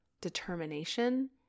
determination